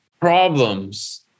problems